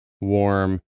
warm